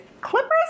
clippers